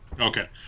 Okay